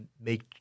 make